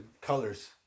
colors